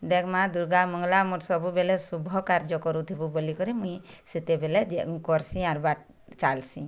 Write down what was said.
ଦେଖ୍ ମା' ଦୁର୍ଗା ମଙ୍ଗଳା ଆମର ସବୁବେଳେ ଶୁଭ କାର୍ଯ୍ୟ କରୁଥିବୁ ବୋଲି କରି ମୁଇଁ ସେତେବେଳେ କରସି ଆରବା ଚାଲସି